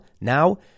Now